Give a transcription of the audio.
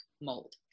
mold